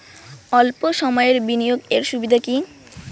অল্প সময়ের বিনিয়োগ এর সুবিধা কি?